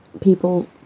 people